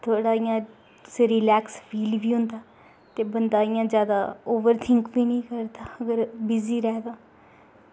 ते जेह्ड़ा इ'यां सिर गी रिलेक्स फील गै होंदा ते बंदा इ'यां जादा ओवर थिंक बी निं करदा अगर बिजी र'वै